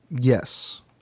Yes